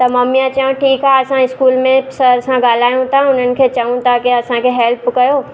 त मम्मीअ चयो ठीकु आहे असां स्कूल में सर सां ॻाल्हायूं था हुननि खे चयूं था त की असांखे हेल्प कयो